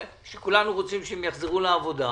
שכולנו רוצים שהם יחזרו לעבודה,